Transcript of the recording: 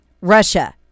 Russia